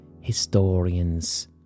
Historians